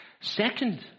second